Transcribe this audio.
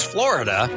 Florida